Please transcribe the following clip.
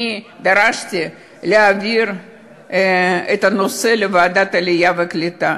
אני דרשתי להעביר את הנושא לוועדת העלייה והקליטה,